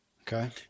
Okay